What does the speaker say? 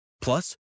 Plus